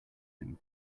him